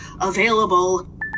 available